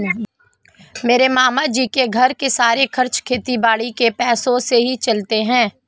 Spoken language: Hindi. मेरे मामा जी के घर के सारे खर्चे खेती बाड़ी के पैसों से ही चलते हैं